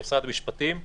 כמשרד המשפטים,